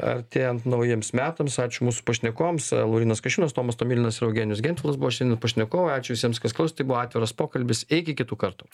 artėjant naujiems metams ačiū mūsų pašnekovams laurynas kasčiūnas tomas tomilinas ir eugenijus gentvilas buvo šiandien pašnekovai ačiū visiems kas klausėt tai buvo atviras pokalbis iki kitų kartų